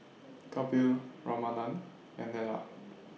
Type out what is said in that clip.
Kapil Ramanand and Neila